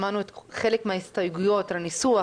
שמענו חלק מההסתייגויות על הניסוח